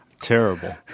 Terrible